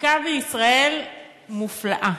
החקיקה בישראל מופלאה,